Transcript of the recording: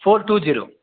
four two zero